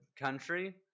country